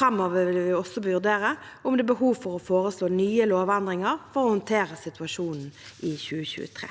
Framover vil vi også vurdere om det er behov for å foreslå nye lovendringer for å håndtere situasjonen i 2023.